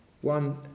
one